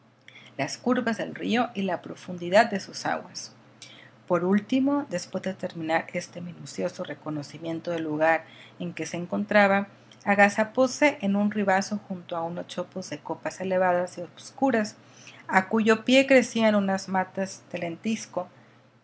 las curvas del río y la profundidad de sus aguas por último después de terminar este minucioso reconocimiento del lugar en que se encontraba agazapóse en un ribazo junto a unos chopos de copas elevadas y oscuras a cuyo pie crecían unas matas